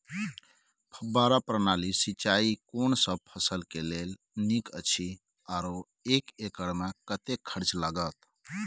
फब्बारा प्रणाली सिंचाई कोनसब फसल के लेल नीक अछि आरो एक एकर मे कतेक खर्च लागत?